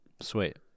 Sweet